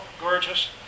gorgeous